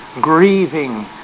Grieving